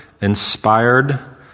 inspired